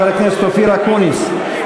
חבר הכנסת אופיר אקוניס.